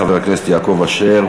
חבר הכנסת יעקב אשר,